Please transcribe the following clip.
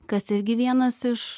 kas irgi vienas iš